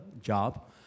job